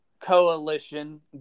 coalition